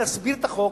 להסביר את החוק,